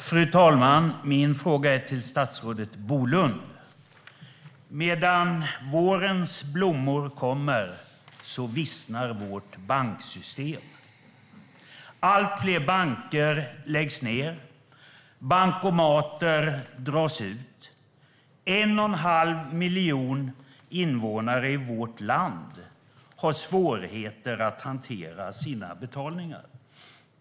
Fru talman! Min fråga går till statsrådet Bolund. Medan vårens blommor slår ut vissnar vårt banksystem. Allt fler banker läggs ned. Bankomater tas bort. 1 1⁄2 miljon invånare i vårt land har svårigheter att hantera sina betalningar.